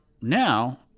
now